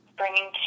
bringing